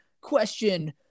question